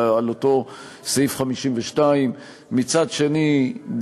על אותו סעיף 52. מצד שני,